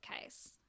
case